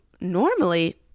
normally